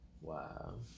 Wow